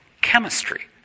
chemistry